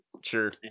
Sure